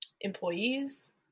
employees